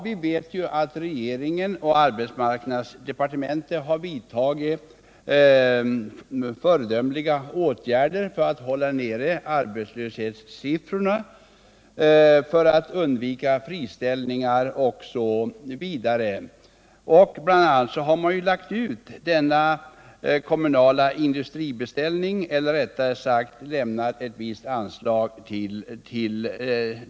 Vi vet att regeringen och arbetsmarknadsdepartementet har vidtagit föredömliga åtgärder för att hålla arbetslöshetssiffrorna nere och undvika friställningar. Man har då lagt ut denna kommunala industribeställning eller rättare sagt lämnat ett visst anslag.